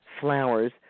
flowers